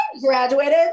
graduated